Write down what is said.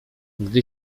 gdy